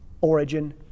origin